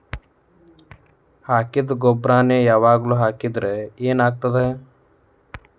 ಹಾಕಿದ್ದ ಗೊಬ್ಬರಾನೆ ಯಾವಾಗ್ಲೂ ಹಾಕಿದ್ರ ಏನ್ ಆಗ್ತದ?